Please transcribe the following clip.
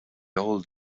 old